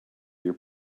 your